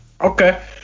okay